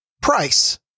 price